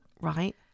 Right